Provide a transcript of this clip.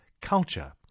culture